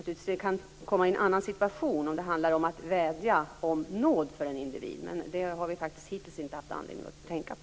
Det hela kan hamna i en annan situation om det handlar om att vädja om nåd för en individ, men det har vi hittills inte haft anledning att tänka på.